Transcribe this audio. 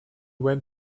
went